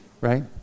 Right